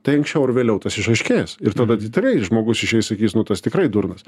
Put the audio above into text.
tai anksčiau ar vėliau tas išaiškės ir tada tikrai žmogus išeis sakys nu tas tikrai durnas